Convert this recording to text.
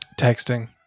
Texting